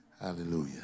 Hallelujah